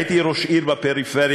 הייתי ראש עיר בפריפריה,